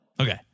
Okay